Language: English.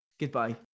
goodbye